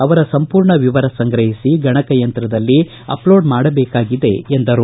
ಅವರ ಸಂಪೂರ್ಣ ವಿವರ ಸಂಗ್ರಹಿಸಿ ಗಣಕಯಂತ್ರದಲ್ಲಿ ಅಪ್ಲೋಡ್ ಮಾಡಬೇಕಾಗಿದೆ ಎಂದರು